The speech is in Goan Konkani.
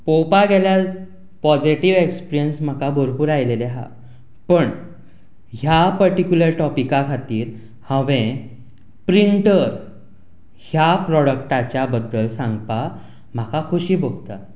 पळोवपाक गेल्यार पॉझिटीव एक्सपिर्यन्स म्हाका भरपूर आयिल्ले आसात पूण ह्या पटीक्यूलर टॉपिका खातीर हांवें प्रिंटर ह्या प्रोडक्टाच्या बद्दल सांगपाक म्हाका खुशी भोगता